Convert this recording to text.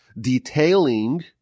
detailing